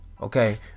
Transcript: Okay